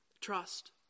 trust